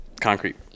concrete